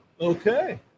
Okay